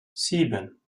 sieben